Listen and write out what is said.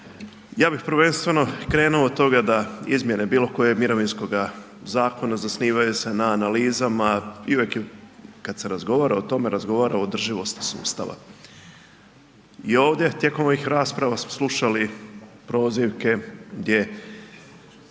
Ja bih prvenstveno krenuo od toga da izmjene bilo kojeg mirovinskog zakona zasnivaju se na analizama i uvijek kada se razgovara o tome razgovara o održivosti sustava. I ovdje tijekom ovih rasprava smo slušali prozivke gdje